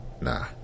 Nah